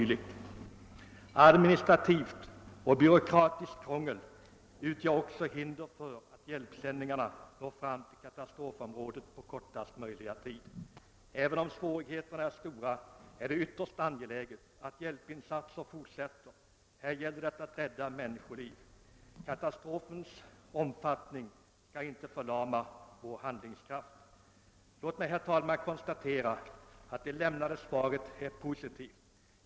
Allt administrativt och byråkratiskt krångel hindrar också hjälpsändningarna att nå fram till katastrofområdet på kortast möjliga tid. Svårigheterna är stora, men det är ytterst angeläget att hjälpinsatserna fortsätter. Här gäller det att rädda människoliv. Katastrofens omfattning får inte förlama vår handlingskraft. Låt mig konstatera, herr talman, att det lämnade svaret är positivt.